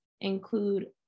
include